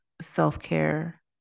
self-care